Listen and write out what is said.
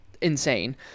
insane